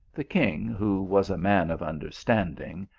the king, who was a man of understanding,